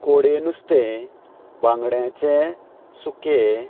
कोडे नुस्तें बांगड्याचें सुकें